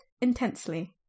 intensely